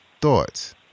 thoughts